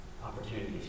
opportunities